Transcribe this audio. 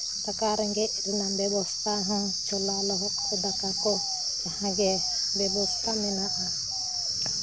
ᱫᱟᱠᱟ ᱨᱮᱸᱜᱮᱡ ᱨᱮᱱᱟᱝ ᱵᱮᱵᱚᱥᱛᱷᱟ ᱦᱚᱸ ᱪᱷᱳᱞᱟ ᱞᱚᱦᱚᱫ ᱠᱚ ᱫᱟᱠᱟ ᱠᱚ ᱡᱟᱦᱟᱸᱜᱮ ᱵᱮᱵᱚᱥᱛᱷᱟ ᱢᱮᱱᱟᱜᱼᱟ